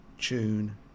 tune